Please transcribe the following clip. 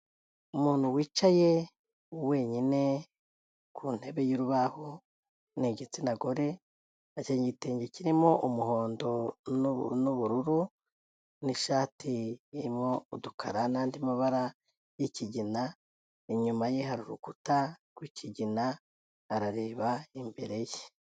Umuntu wicaye wenyine ku ntebe y’urubaho, ni igitsina gore akenyeye igitenge kirimo umuhondo n’ubururu, n’ishati irimo udukara n’andi mabara y’ikigina. Inyuma ye hari urukuta rw’ikigina, arareba imbere ye.